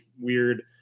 weird